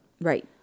Right